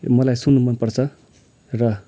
मलाई सुन्नु मनपर्छ र